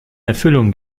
erfüllung